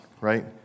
right